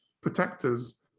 protectors